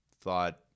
thought